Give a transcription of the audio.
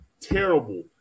terrible